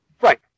Right